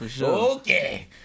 Okay